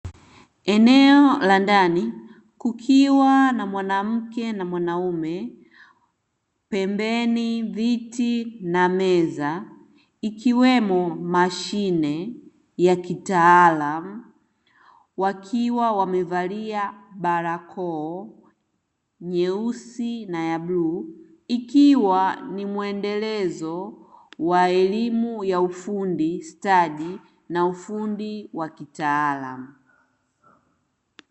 Eneo la ndani, kukiwa na mwanamke na mwanaume pembeni viti na meza, ikiwemo mashine ya kitaalamu, wakiwa wamevaa barakoa nyeusi na ya blue, ikiwa ni mwendelezo wa elimu ya ufundi stadi na ufundi wa kitaalamu.